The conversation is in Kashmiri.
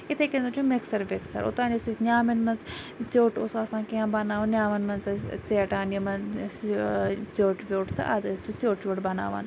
اِتھے کٔنٮ۪تھ چھُ مِکسَر وِکسَر اوٚتانۍ ٲسۍ أسۍ نیامٮ۪ن مَنٛز ژِیوٚٹ اوس آسان کینٛہہ بَناوُن نیامن مَنٛز ٲسۍ ژیٹان یِمَن ژیوٚٹ ویوٚٹ تہٕ اَدٕ ٲسۍ سُہ ژیوٚٹ ویوٚٹ بَناوان